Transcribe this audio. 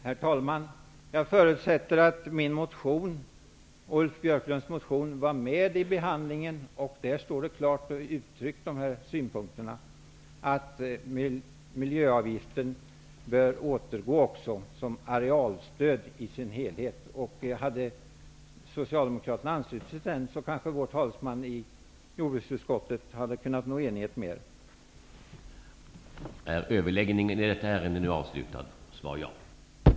Herr talman! Jag förutsätter att min och Ulf Björklunds motion var med i utskottsbehandlingen. Där står vår synpunkt klart uttryckt, nämligen att miljöavgiften bör återgå som arealstöd i sin helhet till jordbruket. Hade socialdemokraterna anslutit sig till den, kanske vår talesman i jordbruksutskottet hade kunnat nå enighet med er.